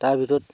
তাৰ ভিতৰত